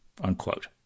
unquote